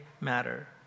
matter